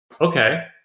Okay